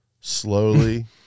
slowly